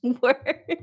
work